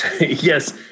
yes